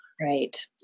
Right